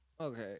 okay